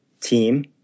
Team